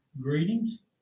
greetings